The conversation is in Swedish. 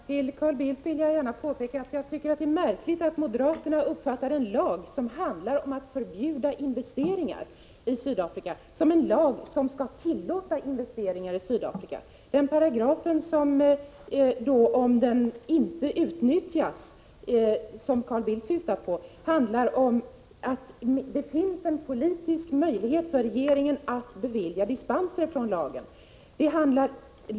Fru talman! Till Carl Bildt vill jag gärna säga att jag tycker det är märkligt att moderaterna uppfattar en lag som handlar om att förbjuda investeringar i Sydafrika som en lag som skall tillåta investeringar i Sydafrika. Den paragraf som Carl Bildt syftar på handlar om att det finns en politisk möjlighet för regeringen att bevilja dispenser från lagen.